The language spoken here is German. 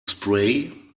spray